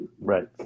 Right